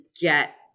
get